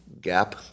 gap